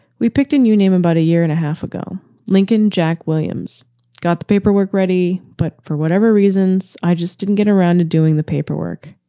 we picked a new name about a year and a half ago. lincoln jack williams got the paperwork ready, but for whatever reasons, i just didn't get around to doing the paperwork.